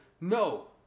No